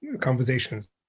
conversations